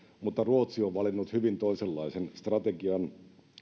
mutta ruotsi on valinnut hyvin toisenlaisen strategian